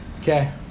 Okay